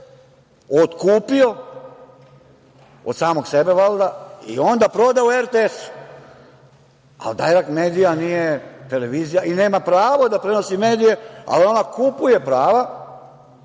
otkupio od samog sebe valjda i onda prodao RTS-u. "Dajrekt medija" nije televizija i nema pravo da prenosi medije, ali ona kupuje prava